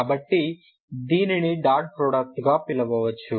కాబట్టి దీనిని dot product గా పిలవవచ్చు